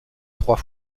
trois